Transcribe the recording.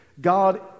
God